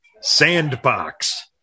Sandbox